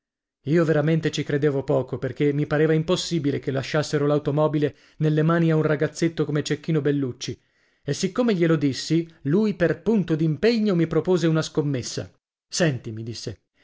io veramente ci credevo poco perché mi pareva impossibile che lasciassero l'automobile nelle mani a un ragazzetto come cecchino bellucci e siccome glielo dissi lui per punto d'impegno mi propose una scommessa senti mi disse